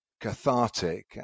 cathartic